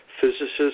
physicists